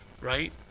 right